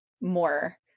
more